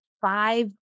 five